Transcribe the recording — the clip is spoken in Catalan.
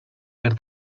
per